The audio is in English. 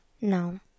No